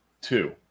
two